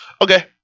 Okay